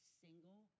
single